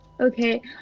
okay